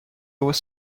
was